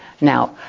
Now